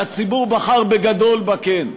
והציבור בחר בגדול ב"כן"